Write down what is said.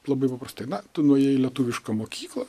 labai paprastai na tu nuėjai į lietuvišką mokyklą